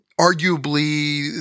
arguably